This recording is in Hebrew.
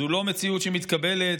זו לא מציאות שמתקבלת,